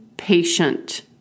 patient